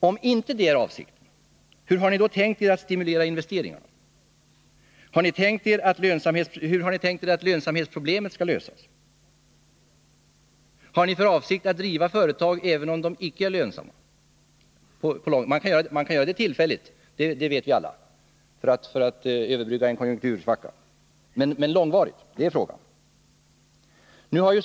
Om inte det är avsikten, hur har ni då tänkt er att stimulera investeringarna? Hur har ni tänkt er att lönsamhetsproblemet skall lösas? Har ni för avsikt att driva företag även om de icke är lönsamma? — Man kan ju göra det tillfälligt för att överbrygga en konjunktursvacka, det vet vi alla, men frågan gäller om socialdemokraterna har för avsikt att driva dem långvarigt.